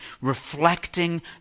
reflecting